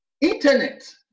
internet